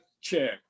check